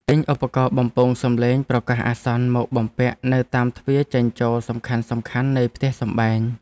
ទិញឧបករណ៍បំពងសំឡេងប្រកាសអាសន្នមកបំពាក់នៅតាមទ្វារចេញចូលសំខាន់ៗនៃផ្ទះសម្បែង។